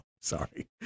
sorry